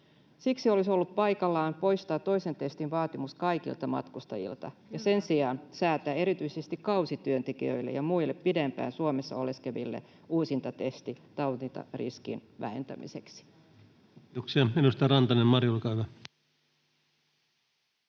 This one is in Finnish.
Siksi olisi ollut paikallaan poistaa toisen testin vaatimus kaikilta matkustajilta [Eduskunnasta: Kyllä!] ja sen sijaan säätää erityisesti kausityöntekijöille ja muille pidempään Suomessa oleskeleville uusintatestit tartuntariskin vähentämiseksi. Kiitoksia.